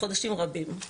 חודשים רבים.